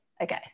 Okay